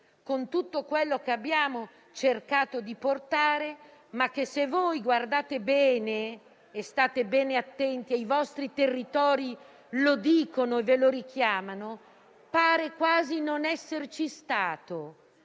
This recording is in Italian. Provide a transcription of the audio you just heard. con tutto quello che abbiamo cercato di apportare ma che, se guardate bene e state ben attenti - i vostri territori lo dicono e lo richiamano - pare quasi non esserci stato?